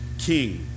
king